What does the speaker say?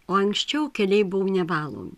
o anksčiau keliai buvo nevalom